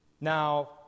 Now